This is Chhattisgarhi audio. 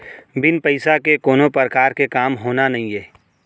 बिन पइसा के कोनो परकार के काम होना नइये